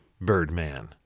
Birdman